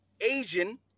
Asian